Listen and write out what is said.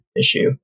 issue